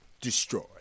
destroyed